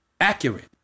accurate